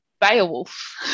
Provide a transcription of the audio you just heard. Beowulf